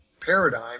paradigm